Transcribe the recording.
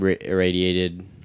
irradiated